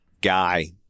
guy